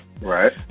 Right